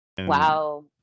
Wow